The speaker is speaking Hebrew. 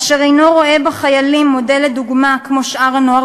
אשר אינו רואה בחיילים מודל לדוגמה כמו שאר הנוער